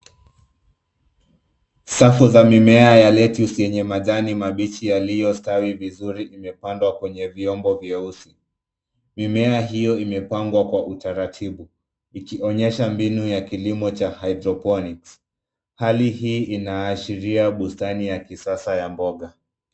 Safu za mimea ya lettuce yenye majani mabichi yaliyostawi vizuri imepandwa kwenye vyombo vyeusi. Mimea hiyo imepangwa kwa utaratibu ikionyesha mbinu ya kilimo cha hydroponic . Hali hii inaashiria bustani ya kisasa ya mboga.